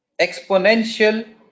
Exponential